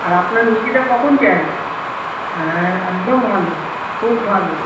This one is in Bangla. আর আপনার মিষ্টিটা কখন চাই হ্যাঁ একদম ভালো খুব ভালো